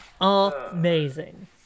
amazing